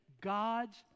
God's